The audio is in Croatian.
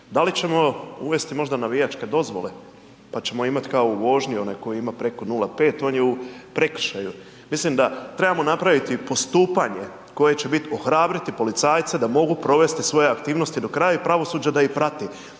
Da li ćemo uvesti možda navijačke dozvole pa ćemo kao u vožnji, onaj koji ima preko 0,5, on je u prekršaju. Mislim da trebamo napraviti postupanje koje biti ohrabriti policajca da mogu provesti svoje aktivnosti do kraja i pravosuđe da ih prati.